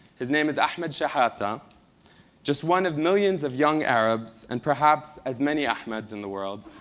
his name is ahmed shahat. um just one of millions of young arabs and, perhaps, as many ahmeds in the world,